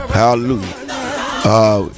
hallelujah